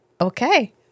okay